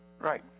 right